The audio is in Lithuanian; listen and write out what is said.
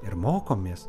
ir mokomės